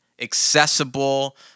accessible